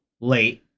late